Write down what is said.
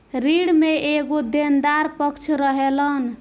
ऋण में एगो देनदार पक्ष रहेलन